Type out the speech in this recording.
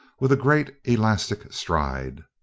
with a great elastic stride.